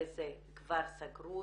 איזה כבר סגרו,